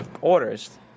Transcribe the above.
orders